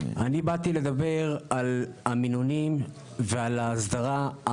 אני באתי לדבר על המינונים ועל ההסדרה.